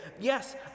yes